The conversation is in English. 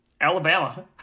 Alabama